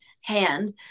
hand